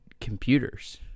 computers